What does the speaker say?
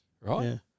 right